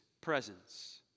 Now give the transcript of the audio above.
presence